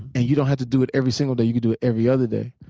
and you don't have to do it every single day you could do it every other day.